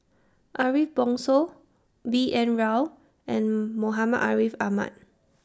Ariff Bongso B N Rao and Muhammad Ariff Ahmad